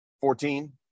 Fourteen